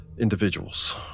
Individuals